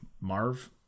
Marv